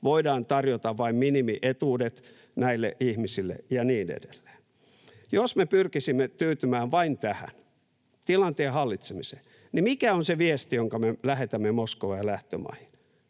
voidaan tarjota vain minimietuudet näille ihmisille ja niin edelleen. Jos me pyrkisimme tyytymään vain tähän, tilanteen hallitsemiseen, niin mikä on se viesti, jonka me lähetämme Moskovaan ja lähtömaihin?